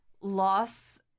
loss